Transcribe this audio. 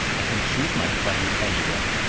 i can choose my friends anywhere.